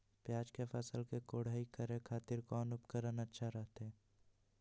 प्याज के फसल के कोढ़ाई करे खातिर कौन उपकरण अच्छा रहतय?